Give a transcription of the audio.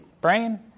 brain